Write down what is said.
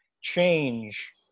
change